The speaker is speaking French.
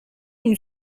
une